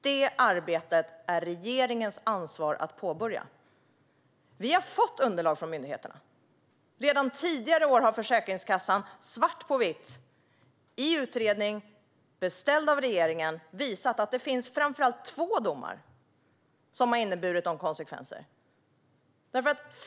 Det är regeringens ansvar att påbörja detta arbete. Vi har fått underlag från myndigheterna. Redan tidigare år har Försäkringskassan svart på vitt i en utredning beställd av regeringen visat att det finns framför allt två domar som har lett till dessa konsekvenser.